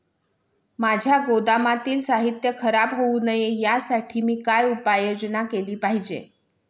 माझ्या गोदामातील साहित्य खराब होऊ नये यासाठी मी काय उपाय योजना केली पाहिजे?